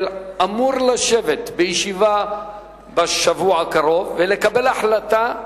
אמור לשבת בשבוע הקרוב ולקבל בישיבה החלטה,